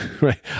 Right